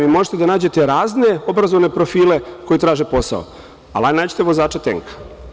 Vi možete da nađete razne obrazovne profile koji traže posao, ali hajde nađite vozača tenka.